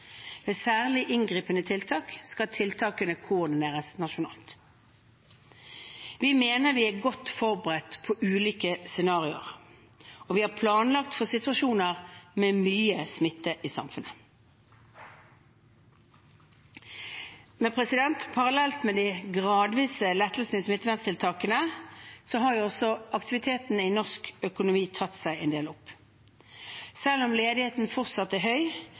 Ved særlig inngripende tiltak skal tiltakene koordineres nasjonalt. Vi mener vi er godt forberedt på ulike scenarioer, og vi har planlagt for situasjoner med mye smitte i samfunnet. Parallelt med de gradvise lettelsene i smitteverntiltakene har aktiviteten i norsk økonomi tatt seg en del opp. Selv om ledigheten fortsatt er høy,